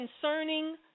concerning